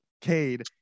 Cade